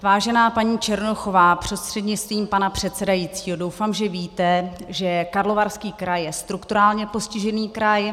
Vážená paní Černochová prostřednictvím pana předsedajícího, doufám, že víte, že Karlovarský kraj je strukturálně postižený kraj.